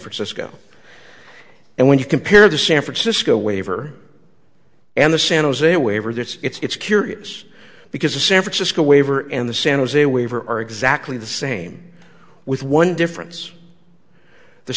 francisco and when you compare it to san francisco waiver and the san jose waiver that's it's curious because the san francisco waiver and the san jose waiver are exactly the same with one difference the